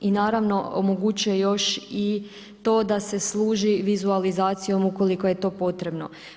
I naravno omogućuje još i to da se služi vizualizacijom ukoliko je to potrebno.